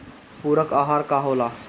पुरक अहार का होला?